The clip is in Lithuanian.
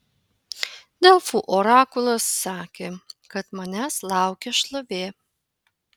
delfų orakulas sakė kad manęs laukia šlovė